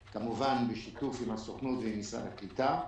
בשיתוף עם הסוכנות ועם משרד הקליטה.